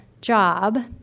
job